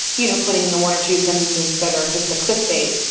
you know, putting in the one or two sentences that are just the clickbait,